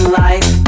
life